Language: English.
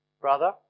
brother